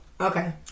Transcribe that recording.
Okay